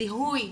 זיהוי